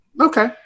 Okay